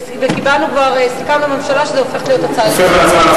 וסיכמנו כבר עם הממשלה שזה הופך להיות הצעה לסדר-היום.